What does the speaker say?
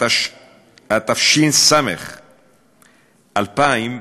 התש"ס 2000,